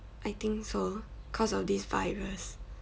I think so cause of this virus